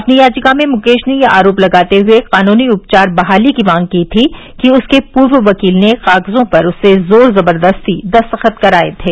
अपनी याचिका में मुकेश ने यह आरोप लगाते हुए कानूनी उपचार बहाली की मांग की थी कि उसके पूर्व वकील ने कागजों पर उससे जोर जबर्दस्ती दस्तखत कराए थे